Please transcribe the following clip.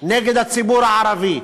נגד הציבור הערבי